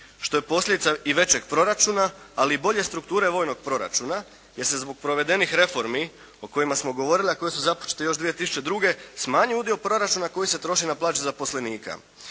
što je posljedica i većeg proračuna ali i bolje strukture vojnog proračuna, jer se zbog provedenih reformi o kojima smo govorili a koje su započete još 2002. smanjuje udio proračuna koji se troši na plaće zaposlenika.